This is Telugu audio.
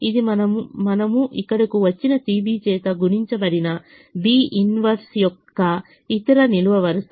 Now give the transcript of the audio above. ఇది మనము ఇక్కడకు వచ్చిన CB చేత గుణించబడిన B 1 యొక్క ఇతర నిలువ వరుస